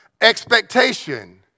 expectation